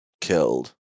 killed